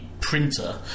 printer